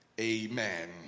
Amen